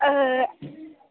अ